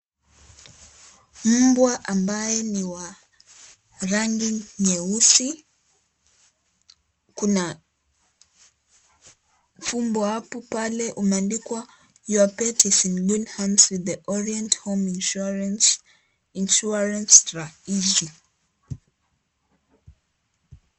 Mbwa ambaye ni wa rangi nyeusi, kuna fumbo apo pale umeandikwa your pet is in good hands with the orient home insurance, insurance Rah-Easy .